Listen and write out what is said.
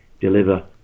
deliver